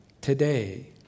today